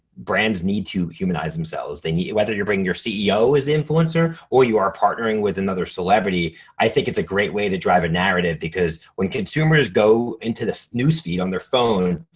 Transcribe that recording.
brands need to humanize themselves. they need, whether you're bringing your ceo as influencer or you are partnering with another celebrity, i think it's a great way to drive a narrative because when consumers go into the newsfeed on their phone,